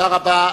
תודה רבה.